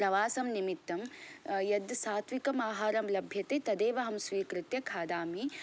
प्रवासं निमित्तं यद् सात्विकम् आहारं लभ्यते तदेव अहं स्वीकृत्य खादामि